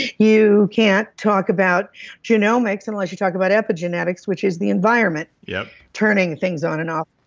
you can't talk about genomics unless you talk about epigenetics, which is the environment yeah turning things on and off,